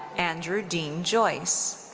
andrew dean joyce.